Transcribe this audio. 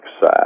side